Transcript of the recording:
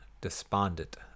despondent